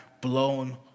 blown